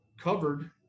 covered